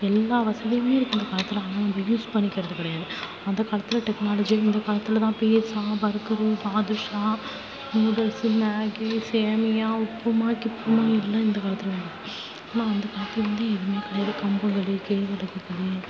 எல்லா வசதியுமே இருக்குது இந்த காலத்தில் ஆனால் நம்ம யூஸ் பண்ணிக்கிறது கிடையாது அந்த காலத்தில் டெக்னாலஜி இந்த காலத்தில்தான் pizza burger badusha noodles Maggi சேமியா உப்புமா கிப்புமா எல்லாம் இந்த காலத்தில் தான் ஆனால் அந்த காலத்தில் வந்து எதுவுமே கிடையாது கம்பங்களி கேழ்வரகு களி